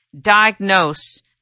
diagnose